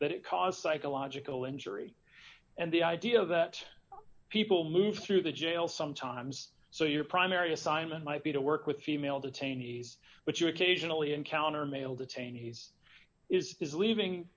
but it caused psychological injury and the idea that people moved through the jail sometimes so your primary assignment might be to work with female detainees but you occasionally encounter male detainees is is leaving